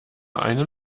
einen